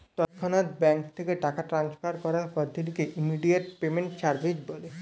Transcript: তৎক্ষণাৎ ব্যাঙ্ক থেকে টাকা ট্রান্সফার করার পদ্ধতিকে ইমিডিয়েট পেমেন্ট সার্ভিস বলে